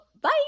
bye